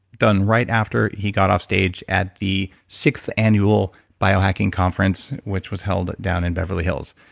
done right after he got off stage at the sixth annual biohacking conference, which was held down in beverly hills.